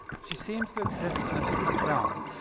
she seems to exist in a different realm,